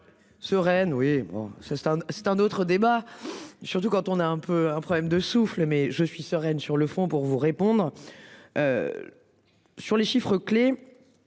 c'est un, c'est un autre débat. Surtout quand on a un peu un problème de souffle mais je suis sereine sur le fond, pour vous répondre. Sur les chiffres-clés.